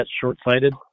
short-sighted